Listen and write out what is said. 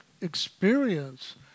experience